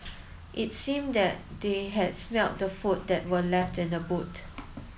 it seemed that they had smelt the food that were left in the boot